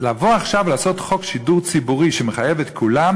לבוא עכשיו ולעשות חוק שידור ציבורי שמחייב את כולם,